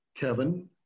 Kevin